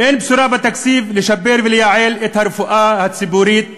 אין בשורה בתקציב לשיפור ולייעול הרפואה הציבורית,